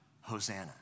Hosanna